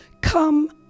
Come